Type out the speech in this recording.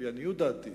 לפי עניות דעתי,